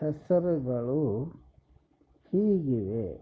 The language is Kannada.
ಹೆಸರುಗಳು ಹೀಗಿವೆ